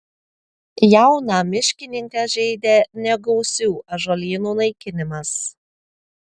jauną miškininką žeidė negausių ąžuolynų naikinimas